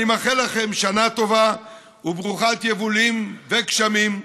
אני מאחל לכם שנה טובה וברוכת יבולים וגשמים.